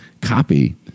copy